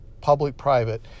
public-private